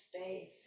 space